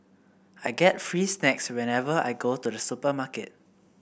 I get free snacks whenever I go to the supermarket